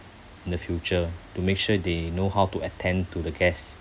in the future to make sure they know how to attend to the guests